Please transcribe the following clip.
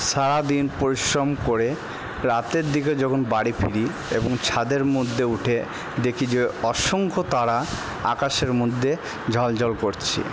সারা দিন পরিশ্রম করে রাতের দিকে যখন বাড়ি ফিরি এবং ছাদের মধ্যে উঠে দেখি যে অসংখ্য তারা আকাশের মধ্যে জ্বলজ্বল করছে